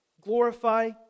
glorify